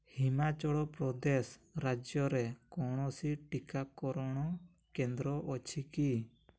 ହିମାଚଳ ପ୍ରଦେଶ ରାଜ୍ୟରେ କୌଣସି ଟିକାକରଣ କେନ୍ଦ୍ର ଅଛି କି